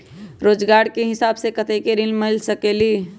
रोजगार के हिसाब से कतेक ऋण मिल सकेलि?